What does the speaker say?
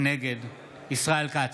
נגד ישראל כץ,